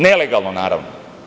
Nelegalno, naravno.